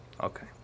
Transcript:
okay